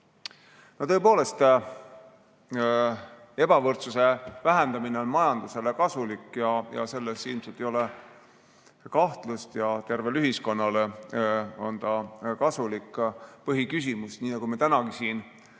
Tõepoolest, ebavõrdsuse vähendamine on majandusele kasulik, selles ilmselt ei ole kahtlust, ja tervele ühiskonnale on see kasulik. Põhiküsimus, nii nagu me tänagi siin